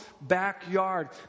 backyard